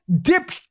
dip